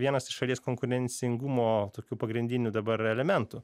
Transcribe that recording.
vienas iš šalies konkurencingumo tokių pagrindinių dabar elementų